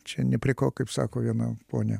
čia ne prie ko kaip sako viena ponia